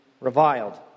reviled